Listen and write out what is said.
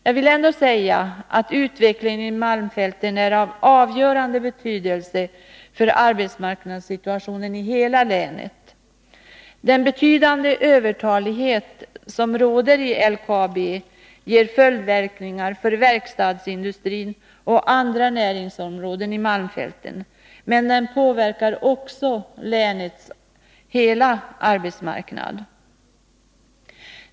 Jag vill dock säga att utvecklingen i malmfälten är av avgörande betydelse för arbetsmarknadssituationen i hela länet. Den betydande övertalighet som råder i LKAB ger följdverkningar för verkstadsindustrin och andra näringsområden i malmfälten, men den påverkar också länets hela arbetsmarknad.